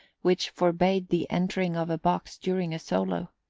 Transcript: which forbade the entering of a box during a solo.